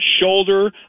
shoulder